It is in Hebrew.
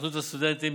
התאחדות הסטודנטים,